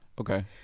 okay